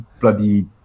bloody